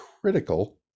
critical